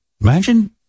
Imagine